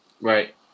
Right